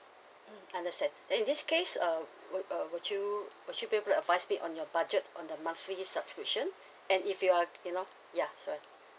mm understand then in this case uh would uh would you would you maybe advise me on your budget on the monthly subscription and if you are you know ya sorry